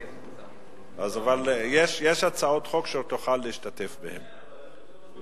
אבל יש הצעות חוק שתוכל להשתתף בהן.